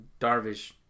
Darvish